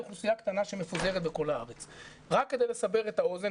אוכלוסייה קטנה שמפוזרת בכל הארץ רק כדי לסבר את האוזן,